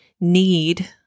need